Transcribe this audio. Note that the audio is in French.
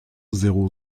zéro